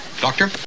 doctor